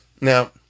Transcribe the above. Now